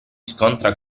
scontra